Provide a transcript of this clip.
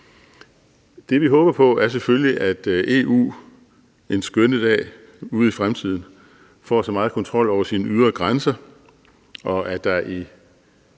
Det, vi håber på, er selvfølgelig, at EU en skønne dag ude i fremtiden får så meget kontrol over sine ydre grænse, og at der i